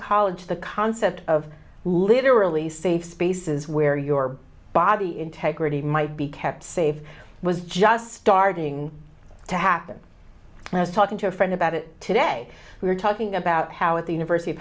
college the concept of literally safe spaces where your body integrity might be kept safe was just starting to happen and i was talking to a friend about it today we were talking about how at the university of